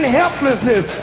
helplessness